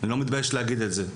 אני לא מתבייש להגיד את זה,